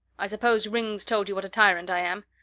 i suppose ringg's told you what a tyrant i am?